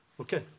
Okay